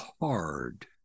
hard